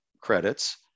credits